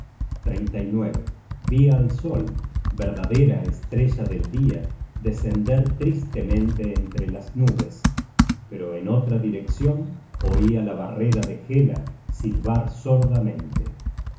vi al sol verdadera estrella del dia descender tristemente entre las nubes pero en otra direccion oia la barrera de hela silbar